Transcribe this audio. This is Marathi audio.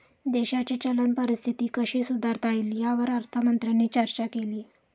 देशाची चलन परिस्थिती कशी सुधारता येईल, यावर अर्थमंत्र्यांनी चर्चा केली